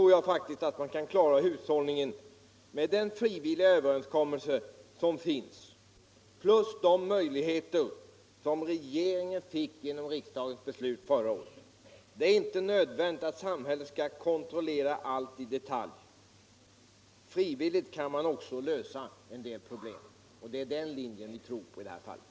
Men jag anser faktiskt att man kan klara hushållningen med den frivilliga överenskommelse som finns plus de möjligheter som regeringen fick genom riksdagens beslut förra året. Det är inte nödvändigt att samhället skall kontrollera allt i detalj. Även frivilligt kan man lösa en del problem. Det är den linjen vi tror på i det här fallet.